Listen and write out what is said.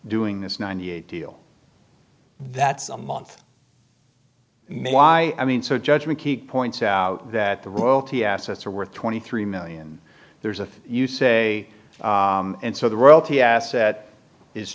doing this ninety eight dollars deal that's a month why i mean so judgment keep points out that the royalty assets are worth twenty three million there's a you say and so the royalty asset is